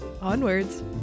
Onwards